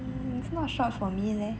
it's not short for me leh